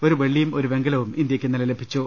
ഒരു വെള്ളിയും ഒരു വെങ്കലവും ഇന്തൃക്ക് ഇന്നലെ ലഭിച്ചു